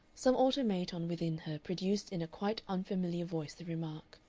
some automaton within her produced in a quite unfamiliar voice the remark,